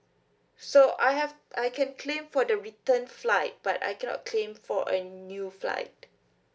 so I have I can claim for the return flight but I cannot claim for a new flight